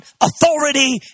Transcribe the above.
authority